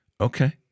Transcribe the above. Okay